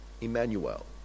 Emmanuel